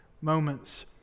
moments